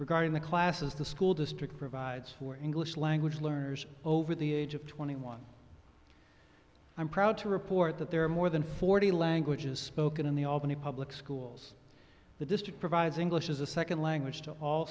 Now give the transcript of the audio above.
regarding the classes the school district provides for english language learners over the age of twenty one i'm proud to report that there are more than forty languages spoken in the albany public schools the district provides english as a second language to all